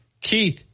Keith